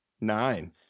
Nine